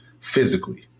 physically